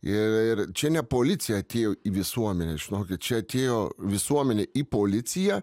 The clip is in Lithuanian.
ir ir čia ne policija atėjo į visuomenę žinokit čia atėjo visuomenė į policiją